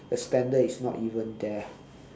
the standard is not even there ah